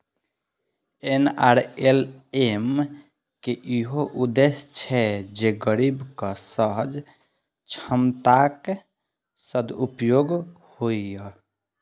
NRLM के इहो उद्देश्य छै जे गरीबक सहज क्षमताक सदुपयोग हुअय